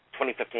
2015